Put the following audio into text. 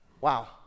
Wow